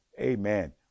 Amen